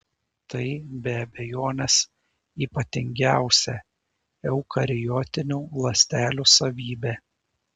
tai be abejonės ypatingiausia eukariotinių ląstelių savybė